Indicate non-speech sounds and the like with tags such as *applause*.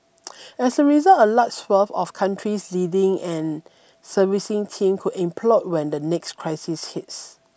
*noise* as a result a large swathe of country's leading and servicing team could implode when the next crisis hits